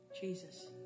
Jesus